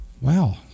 Wow